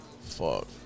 Fuck